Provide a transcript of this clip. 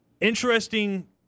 interesting